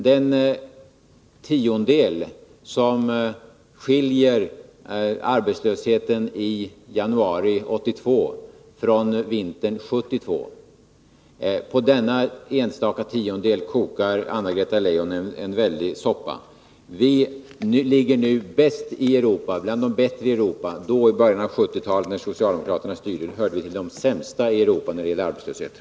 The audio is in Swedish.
Det skiljer en tiondel mellan arbetslösheten i januari 1982 och arbetslösheten vintern 1972. På denna enda tiondel kokar Anna-Greta Leijon en väldig soppa. Nu hör Sverige till de länder som ligger bäst till i Europa. Då —-i början av 1970-talet när socialdemokraterna styrde — hörde Sverige till de sämsta länderna i Europa när det gällde arbetslösheten.